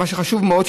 חשוב מאוד,